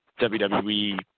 WWE